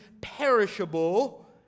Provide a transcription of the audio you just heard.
perishable